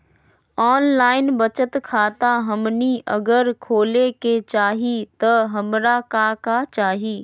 Online बचत खाता हमनी अगर खोले के चाहि त हमरा का का चाहि?